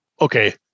okay